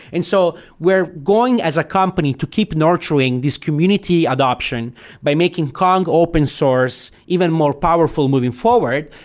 and so we're going as a company to keep nurturing this community adaption by making kong open source even more powerful moving forward,